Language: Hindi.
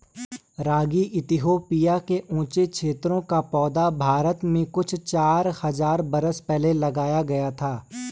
रागी इथियोपिया के ऊँचे क्षेत्रों का पौधा है भारत में कुछ चार हज़ार बरस पहले लाया गया था